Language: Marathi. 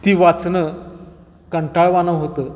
ती वाचणं कंटाळवाणं होतं